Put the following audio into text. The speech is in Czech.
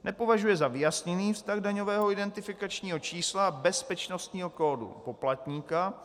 Nepovažuje za vyjasněný vztah daňového identifikačního čísla bezpečnostního kódu poplatníka.